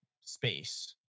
space